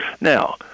Now